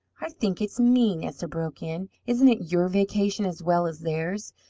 i think it's mean, esther broke in. isn't it your vacation as well as theirs?